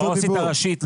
העו"סית הראשית,